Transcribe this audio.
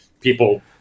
people